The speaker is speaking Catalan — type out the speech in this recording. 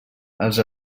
els